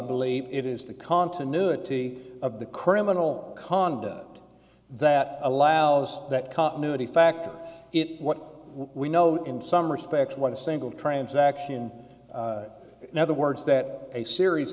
believe it is the continuity of the criminal conduct that allows that continuity factor it what we know in some respects what a single transaction now the words that a series